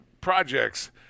projects